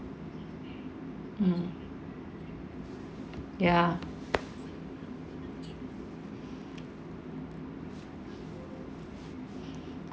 mm ya